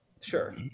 sure